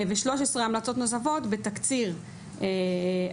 וכ-13 המלצות נוספות בתקציר ההמלצות.